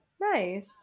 Nice